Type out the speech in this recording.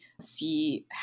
see